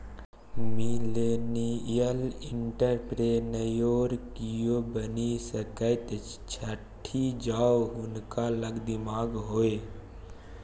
millennial entrepreneur कियो बनि सकैत छथि जौं हुनका लग दिमाग होए